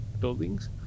buildings